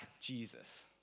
Jesus